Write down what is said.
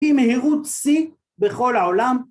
היא מהירות שיא בכל העולם